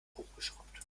hochgeschraubt